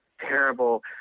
terrible